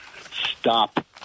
stop